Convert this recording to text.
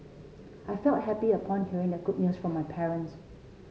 I felt happy upon hearing the good news from my parents